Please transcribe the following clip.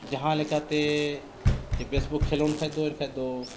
ᱡᱟᱦᱟᱸ ᱞᱮᱠᱟᱛᱮ ᱵᱮᱥ ᱵᱚᱱ ᱠᱷᱮᱞᱳᱸᱰ ᱠᱷᱟᱱ ᱫᱚ ᱮᱱ ᱠᱷᱟᱱ ᱫᱚ